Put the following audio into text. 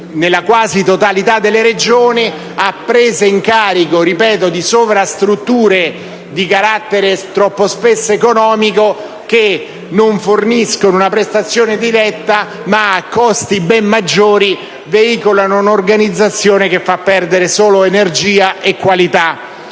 nella quasi totalità delle Regioni a presa in carico - ripeto - di sovrastrutture di carattere troppo spesso economico, che non forniscono una prestazione diretta, ma a costi ben maggiori veicolano un'organizzazione che fa perdere solo energia e qualità